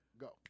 Go